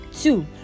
two